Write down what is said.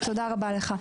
תודה רבה לך.